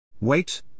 Wait